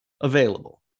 available